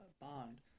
Bond